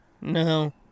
No